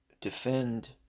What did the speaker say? defend